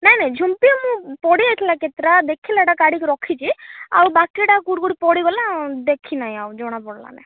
ନାଇଁ ନାଇଁ ଝୁମ୍ପି ମୁଁ ପଡ଼ି ଯାଇଥିଲା କେତେଟା ଦେଖିଲାଟା ସେଇଟା କାଢ଼ିକି ରଖିଛି ଆଉ ବାକିଟା କେଉଁଠି କେଉଁଠି ପଡ଼ିଗଲା ଦେଖିନାହିଁ ଆଉ ଜଣା ପଡ଼ିଲାନି